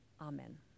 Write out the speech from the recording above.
Amen